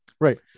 Right